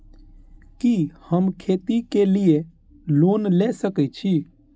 कि हम खेती के लिऐ लोन ले सके छी?